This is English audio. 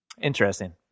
Interesting